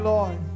Lord